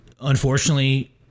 unfortunately